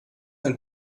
ein